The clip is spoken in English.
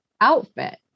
outfit